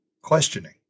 questioning